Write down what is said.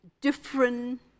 different